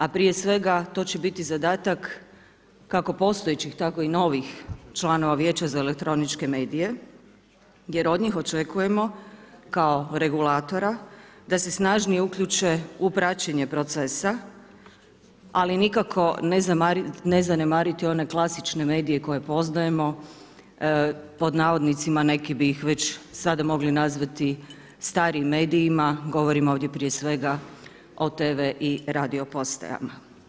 A prije to će biti zadatak kako postojećih tako i novih članova Vijeća za elektroničke medije jer od njih očekujemo kao regulatora da se snažnije uključe u praćenje procesa ali nikako ne zanemariti one klasične medije koje poznajemo pod navodnicima neki bi ih već sada mogli nazvati starijim medijima, govorim ovdje prije svega o tv i radio postajama.